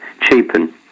cheapen